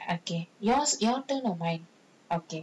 okay yours your turn or my okay